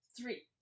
Three